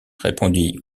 répondit